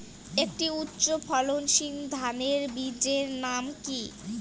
একটি উচ্চ ফলনশীল ধানের বীজের নাম কী?